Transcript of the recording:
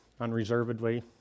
unreservedly